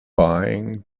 buying